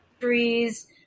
trees